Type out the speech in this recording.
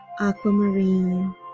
aquamarine